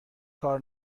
کار